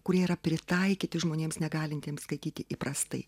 kurie yra pritaikyti žmonėms negalintiems skaityti įprastai